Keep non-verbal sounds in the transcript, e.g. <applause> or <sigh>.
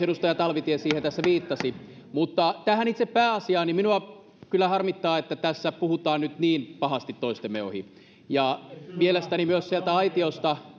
<unintelligible> edustaja talvitie siihen tässä viittasi mutta tähän itse pääasiaan minua kyllä harmittaa että tässä puhumme nyt niin pahasti toistemme ohi mielestäni myös sieltä aitiosta <unintelligible>